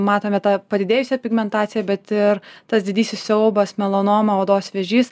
matome tą padidėjusią pigmentaciją bet ir tas didysis siaubas melanoma odos vėžys